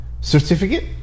Certificate